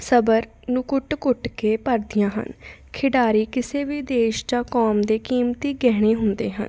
ਸਬਰ ਨੂੰ ਕੁੱਟ ਕੁੱਟ ਕੇ ਭਰਦੀਆਂ ਹਨ ਖਿਡਾਰੀ ਕਿਸੇ ਵੀ ਦੇਸ਼ ਜਾਂ ਕੌਮ ਦੇ ਕੀਮਤੀ ਗਹਿਣੇ ਹੁੰਦੇ ਹਨ